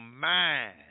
mind